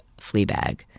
Fleabag